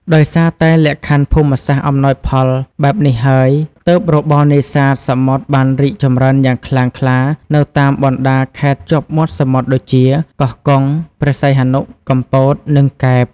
ដោយសារតែលក្ខខណ្ឌភូមិសាស្ត្រអំណោយផលបែបនេះហើយ ទើបរបរនេសាទសមុទ្របានរីកចម្រើនយ៉ាងខ្លាំងក្លានៅតាមបណ្ដាខេត្តជាប់មាត់សមុទ្រដូចជា កោះកុង ព្រះសីហនុ កំពត និងកែប។